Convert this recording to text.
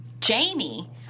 Jamie